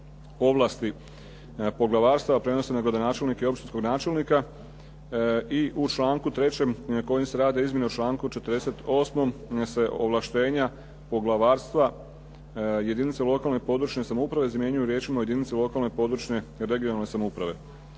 ovlasti poglavarstava prenose na gradonačelnika i općinskog načelnika. I u članku 3. kojim se rade izmjene u članku 48. se ovlaštenja poglavarstva jedinice lokalne i područne samouprave zamjenjuju riječima u jedinice lokalne i područne (regionalne) samouprave.